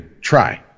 Try